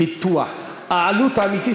העלות האמיתית,